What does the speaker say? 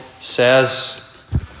says